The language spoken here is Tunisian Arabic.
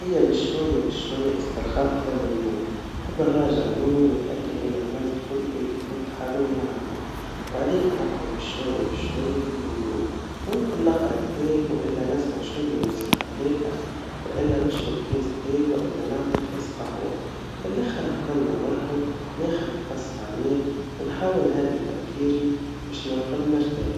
هيا بشوية بشوية إسترخاء قبل النوم, نحب نراجع يومي ونتأكد إني عملت كل اللي كنت حابب نعمله, بعديكا نقعد بشويا بشويا في هدوء, ممكن نقرا كتاب, وإلا نسمع شويا موسيقا هادئا, وإلا نشرب كاس شاي, وإلا نعمل كاس قهوا, فالآخر, قبل ما نرقد, ناخذ نفس عميق ونحاول نهدي تفكيري, باش نرقد مرتاح.